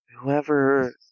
Whoever